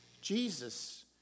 jesus